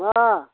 मा